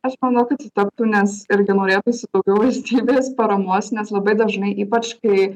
aš manau kad sutaptų nes irgi norėtųsi daugiau valstybės paramos nes labai dažnai ypač kai